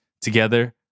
together